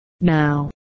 now